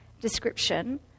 description